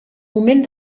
moment